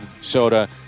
soda